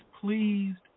pleased